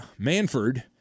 Manford